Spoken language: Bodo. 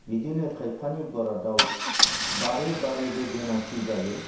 बिदिनो खायफानि बरादाव बारे बारेबो गोनांथि जायो